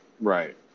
Right